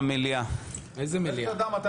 על הנושא המהותי אז לא --- אם הייתה התייעצות סיעתית